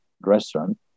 restaurant